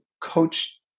coach